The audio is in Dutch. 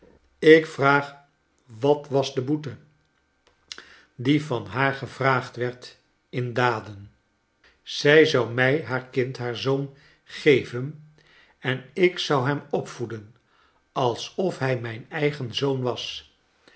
ik vraag wat was de boete die van haar gevraagd werd in daden i zij zou mij haar kind haar zoon geven en ik zou hem opvoeden alsof hij mijn eigen zoon was